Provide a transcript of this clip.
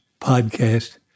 podcast